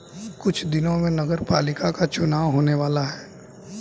कुछ दिनों में नगरपालिका का चुनाव होने वाला है